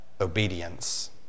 obedience